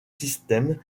systèmes